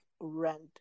rent